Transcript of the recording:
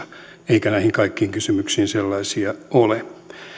eikä näihin kaikkiin kysymyksiin sellaisia ole tässä on